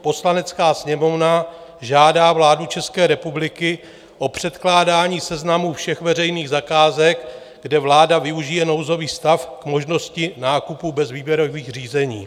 Poslanecká sněmovna žádá vládu České republiky o předkládání seznamu všech veřejných zakázek, kde vláda využije nouzový stav k možnosti nákupu bez výběrových řízení.